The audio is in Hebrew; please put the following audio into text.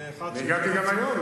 והגעתי גם היום.